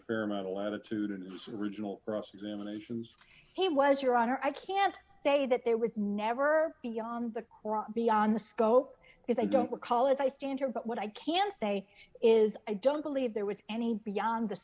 a fair amount of latitude in its original cross examinations he was your honor i can't say that there was never beyond the cross beyond the scope because i don't recall if i stand here but what i can say is i don't believe there was any beyond the